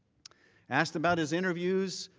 asked about his interviews,